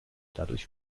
dadurch